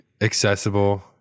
accessible